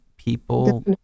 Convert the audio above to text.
People